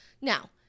Now